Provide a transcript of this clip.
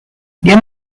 dia